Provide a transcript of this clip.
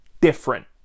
different